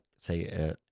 say